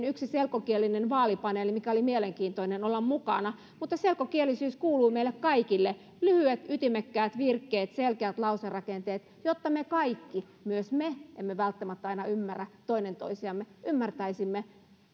yksi selkokielinen vaalipaneeli missä oli mielenkiintoista olla mukana selkokielisyys kuuluu meille kaikille lyhyet ytimekkäät virkkeet selkeät lauserakenteet jotta me kaikki mekään emme välttämättä aina ymmärrä toinen toisiamme ymmärtäisimme